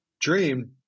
dream